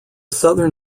southern